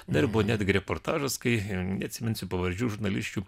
na ir buvo netgi reportažas kai neatsiminsiu pavardžių žurnalisčių